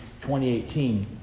2018